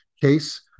Case